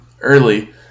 early